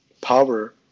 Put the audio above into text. power